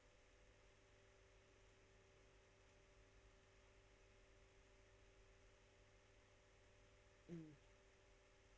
hmm